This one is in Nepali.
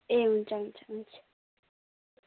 ए हुन्छ हुन्छ हुन्छ